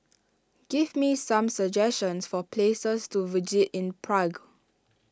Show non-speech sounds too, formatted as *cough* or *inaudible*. give me some suggestions for places to *unintelligible* in Prague